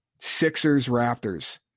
Sixers-Raptors